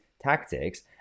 tactics